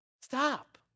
stop